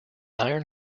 iron